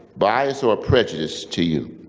bias or a prejudice to you.